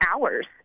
hours